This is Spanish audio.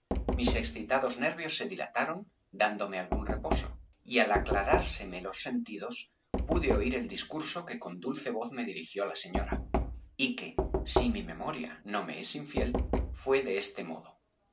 mis excitados nervios se dilataron dándome algún reposo y al aclarárseme los sentidos pude oir el discurso que con dulce voz me dirigió la señora y que si mi memoria no me es infiel fué de este modo